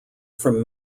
from